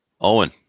Owen